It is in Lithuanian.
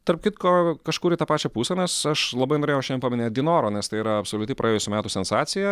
tarp kitko kažkur į tą pačią pusę nes aš labai norėjau šiandien paminėt dynoro nes tai yra absoliuti praėjusių metų sensacija